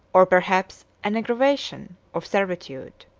or perhaps an aggravation, of servitude.